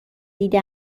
دیده